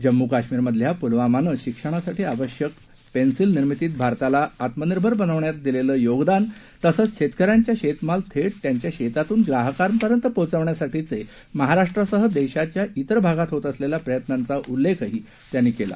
जम्मू काश्मीरमधल्या पुलवामानं शिक्षणासाठी आवश्यक पेन्सिल निर्मितीत भारताला आत्मनिर्भर बनवण्यात दिलेलं योगदान तसंच शेतकऱ्यांच्या शेतमाल थेट त्यांच्या शेतातून ग्राहकांपर्यंत पोचवण्यासाठीचे महाराष्ट्रासह देशाच्या तिर भागात होत असलेल्या प्रयत्नांचा उल्लेख त्यांनी केला